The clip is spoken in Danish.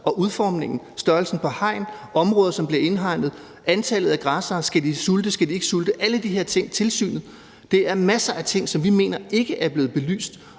og udformningen; altså størrelsen på hegn, på de områder, som bliver indhegnet, antallet af græssere, om de skal de sulte eller ikke sulte, om tilsynet – alle de her ting. Der er masser af ting, som vi mener ikke er blevet belyst.